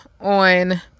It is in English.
on